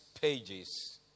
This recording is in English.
pages